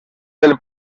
del